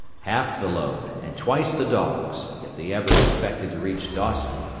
half the load and twice the dogs, if they ever expected to reach dawson,